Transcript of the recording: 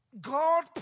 God